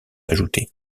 ajoutés